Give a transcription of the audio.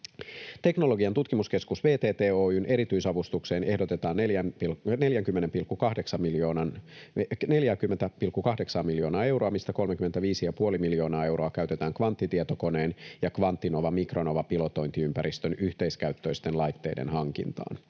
Teknologian tutkimuskeskus VTT Oy:n erityisavustukseen ehdotetaan 40,8:aa miljoonaa euroa, mistä 35,5 miljoonaa euroa käytetään kvanttitietokoneen ja Kvanttinova-Micronova-pilotointiympäristön yhteiskäyttöisten laitteiden hankintaan.